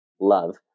love